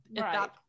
Right